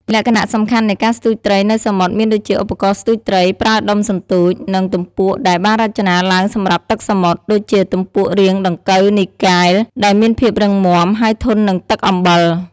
លក្ខណៈសំខាន់នៃការស្ទូចត្រីនៅសមុទ្រមានដូចជាឧបករណ៍ស្ទូចត្រី ប្រើដុំសន្ទូច និងទំពក់ដែលបានរចនាឡើងសម្រាប់ទឹកសមុទ្រ ដូចជា ទំពក់រាងដង្កូវនីកែល ដែលមានភាពរឹងមាំ ហើយធន់នឹងទឹកអំបិល។